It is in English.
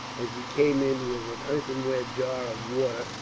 as he came in with an earthenware jar of water,